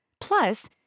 Plus